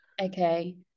okay